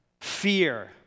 Fear